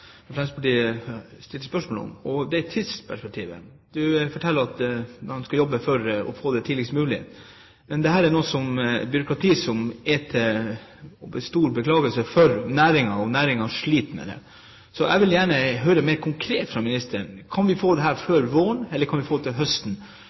om tidsperspektivet. Statsråden sier at man skal jobbe for å få en gjennomgang tidligst mulig. Men dette er et byråkrati som er til stor beklagelse for næringen, og næringen sliter med det. Jeg vil gjerne høre mer konkret fra ministeren: Kan vi få dette til denne våren, eller kan vi få det